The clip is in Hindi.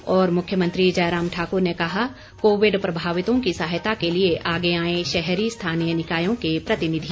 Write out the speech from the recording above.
और मुख्यमंत्री जयराम ठाक्र ने कहा कोविड प्रभावितों की सहायता के लिए आगे आएं शहरी स्थानीय निकायों के प्रतिनिधि